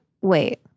wait